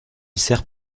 sert